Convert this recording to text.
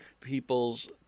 people's